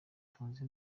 tonzi